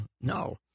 no